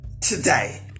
today